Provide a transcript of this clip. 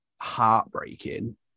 heartbreaking